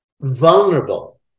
vulnerable